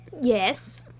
Yes